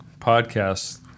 podcasts